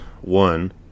one